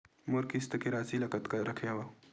मोर किस्त के राशि ल कतका रखे हाव?